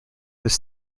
this